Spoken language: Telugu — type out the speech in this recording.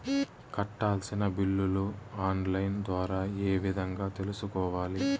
కట్టాల్సిన బిల్లులు ఆన్ లైను ద్వారా ఏ విధంగా తెలుసుకోవాలి?